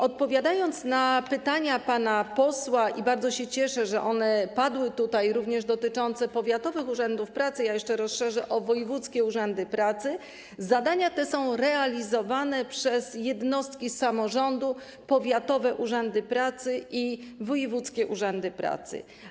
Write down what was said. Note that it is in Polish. Odpowiadając na pytania pana posła - bardzo się cieszę, że one tutaj padły - również dotyczące powiatowych urzędów pracy, ja jeszcze rozszerzę to o wojewódzkie urzędy pracy, zadania te są realizowane przez jednostki samorządu, powiatowe urzędy pracy i wojewódzkie urzędy pracy.